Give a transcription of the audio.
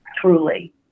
Truly